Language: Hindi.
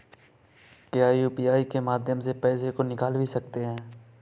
क्या यू.पी.आई के माध्यम से पैसे को निकाल भी सकते हैं?